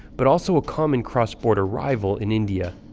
but also a common cross border rival, in india.